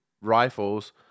rifles